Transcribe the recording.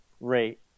rate